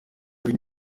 uri